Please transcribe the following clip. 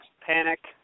panic